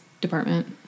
Department